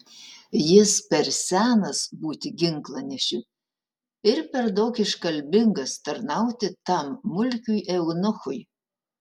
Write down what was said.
jis per senas būti ginklanešiu ir per daug iškalbingas tarnauti tam mulkiui eunuchui